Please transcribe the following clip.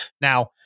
Now